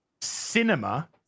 cinema